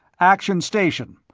action station,